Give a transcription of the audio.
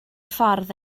ffordd